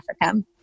Africa